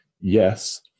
Yes